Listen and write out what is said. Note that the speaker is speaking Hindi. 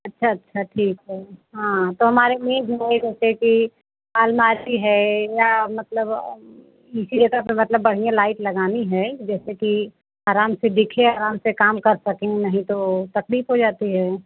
अच्छा अच्छा ठीक है हाँ तो हमारे लिए दो ढाई रुपये की आलमाटी है या मतलब यह चिरेता से मतलब बढ़िया लाईट लगानी है जैसे कि आराम से देखिए आराम से काम कर सकिन नहीं तो तकलीफ़ हो जाती है